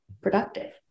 productive